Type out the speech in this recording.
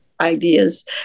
ideas